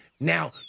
Now